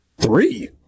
Three